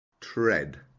tread